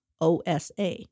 OSA